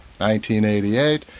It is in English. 1988